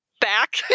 back